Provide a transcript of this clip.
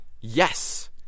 Yes